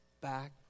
back